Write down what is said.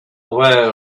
aware